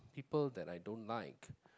people that I don't like